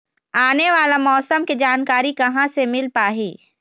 आने वाला मौसम के जानकारी कहां से मिल पाही?